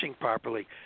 properly